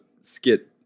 skit